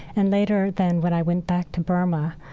and later then, when i went back to burma,